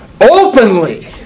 openly